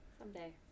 Someday